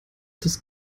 das